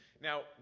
Now